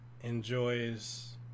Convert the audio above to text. enjoys